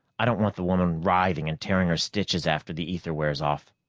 i don't want the woman writhing and tearing her stitches after the ether wears off.